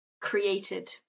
created